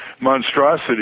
monstrosity